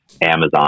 Amazon